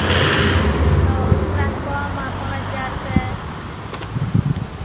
ओऽ ओकरासँ कम आ पाँच हजारसँ